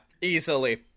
easily